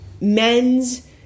Men's